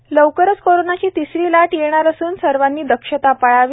खोटा संदेश लवकरच कोरोनाची तिसरी लाट येणार असून सर्वानी दक्षता पाळावी